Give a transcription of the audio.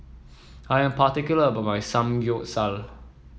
I am particular about my Samgyeopsal